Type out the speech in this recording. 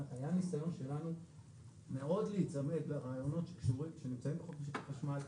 היה ניסיון שלנו מאוד להיצמד לרעיונות שנמצאים בחוק משק החשמל,